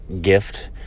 gift